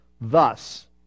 Thus